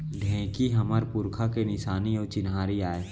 ढेंकी हमर पुरखा के निसानी अउ चिन्हारी आय